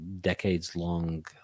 decades-long